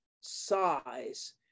size